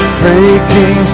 breaking